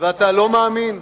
ואתה לא מאמין.